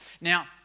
Now